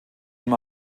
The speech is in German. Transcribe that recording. ihm